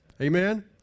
Amen